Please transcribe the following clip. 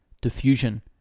Diffusion